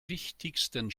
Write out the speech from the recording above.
wichtigsten